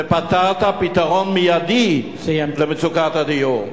ופתרת פתרון מיידי של מצוקת הדיור.